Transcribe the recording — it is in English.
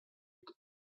could